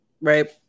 right